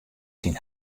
syn